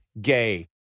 gay